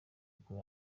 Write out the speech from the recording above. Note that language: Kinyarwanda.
uko